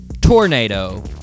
Tornado